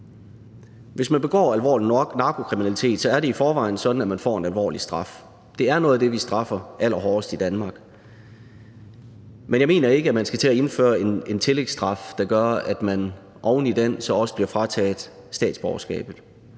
Hvis man begår alvorlig nok narkokriminalitet, er det i forvejen sådan, at man får en alvorlig straf. Det er noget af det, vi straffer allerhårdest i Danmark. Men jeg mener ikke, at man skal til at indføre en tillægsstraf, der gør, at man oveni den så også bliver frataget statsborgerskabet.